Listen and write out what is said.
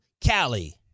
Cali